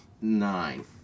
nine